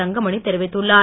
தங்கமணி தெரிவித்துள்ளார்